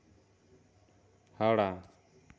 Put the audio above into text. Howrah